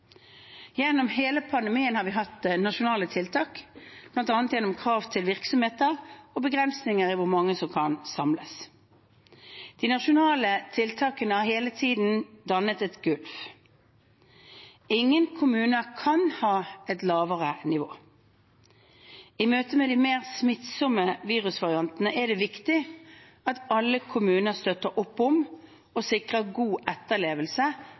Gjennom hele pandemien har vi hatt nasjonale tiltak, bl.a. gjennom krav til virksomheter og begrensninger i hvor mange som kan samles. De nasjonale tiltakene har hele tiden dannet et gulv. Ingen kommuner kan ha et lavere nivå. I møtet med de mer smittsomme virusvariantene er det viktig at alle kommuner støtter opp om og sikrer god etterlevelse